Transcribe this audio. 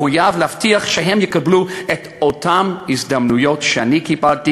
מחויב להבטיח שהם יקבלו את אותן הזדמנויות שאני קיבלתי,